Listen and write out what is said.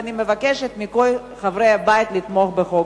ואני מבקשת מכל חברי הבית לתמוך בו.